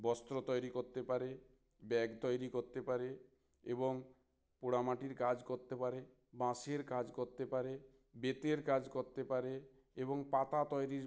বস্ত্র তৈরি করতে পারে ব্যাগ তৈরি করতে পারে এবং পোড়া মাটির কাজ করতে পারে বাঁশের কাজ করতে পারে বেতের কাজ করতে পারে এবং পাতা তৈরির